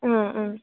ആ ആ